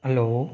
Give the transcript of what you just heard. hello